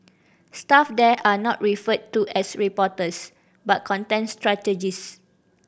staff there are not referred to as reporters but content strategist